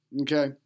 Okay